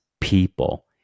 people